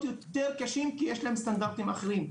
יותר קשים כי יש להם סטנדרטים אחרים.